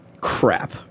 crap